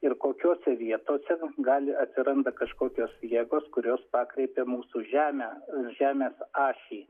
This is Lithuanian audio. ir kokiose vietose gali atsiranda kažkokios jėgos kurios pakreipia mūsų žemę žemės ašį